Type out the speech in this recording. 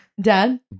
Dad